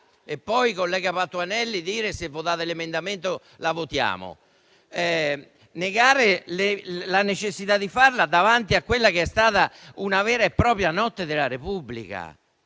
e poi, collega Patuanelli, dire che, se votiamo l'emendamento, voi la votate; non si può negare la necessità di farla davanti a quella che è stata una vera e propria notte della Repubblica.